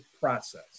process